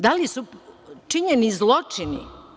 Da li su činjeni zločini?